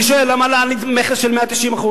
אני שואל: למה להעלות מכס ל-190%?